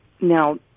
Now